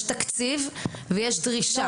יש תקציב ויש דרישה.